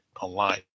online